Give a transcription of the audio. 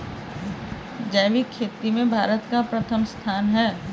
जैविक खेती में भारत का प्रथम स्थान है